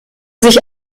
sich